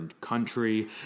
country